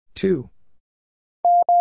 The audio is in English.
two